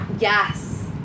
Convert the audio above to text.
yes